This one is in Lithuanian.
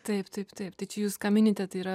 taip taip taip tai čia jūs ką minite tai yra